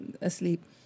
asleep